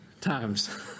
times